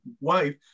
wife